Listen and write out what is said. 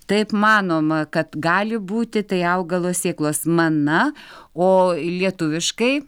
taip manoma kad gali būti tai augalo sėklos mana o lietuviškai